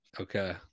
Okay